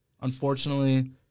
unfortunately